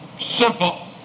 simple